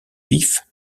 vif